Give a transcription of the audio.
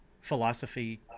philosophy